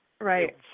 Right